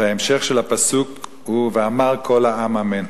וההמשך של הפסוק הוא: "ואמר כל העם אמן".